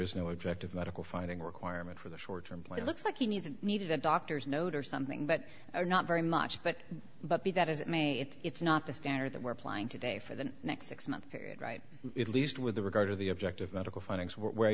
is no objective medical finding requirement for the short term plan looks like he needs needed a doctor's note or something but not very much but but be that as it may it it's not the standard that were applying today for the next six month period right at least with regard to the objective medical findings were i